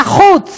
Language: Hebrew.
נחוץ